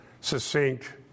succinct